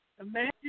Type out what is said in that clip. imagine